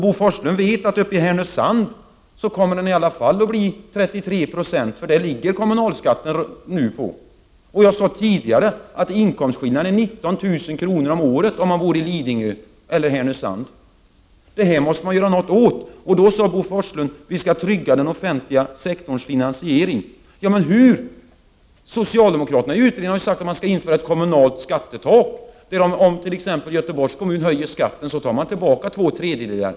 Bo Forslund vet att i Härnösand kommer den i alla fall att bli 33 270, för det ligger kommunalskatten på nu. Jag sade tidigare att inkomstskillnaden är 19000 kr. om året, om man bor i Lidingö eller Härnösand. Detta måste man göra något åt. Då säger Bo Forslund att vi skall trygga den offentliga sektorns finansiering. Ja, men hur? Scoialdemokraterna i utredningen har ju sagt att man skall införa ett kommunalt skattetak. Om t.ex. Göteborgs kommun höjer skatten, tar man tillbaka två tredjedelar.